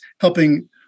helping